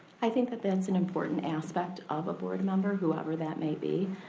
i think that that's an important aspect of a board member, whoever that may be,